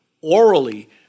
orally